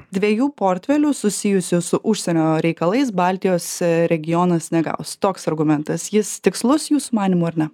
dviejų portfelių susijusių su užsienio reikalais baltijos regionas negaus toks argumentas jis tikslus jūsų manymu ar ne